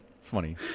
funny